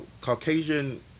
Caucasian